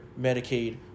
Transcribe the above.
Medicaid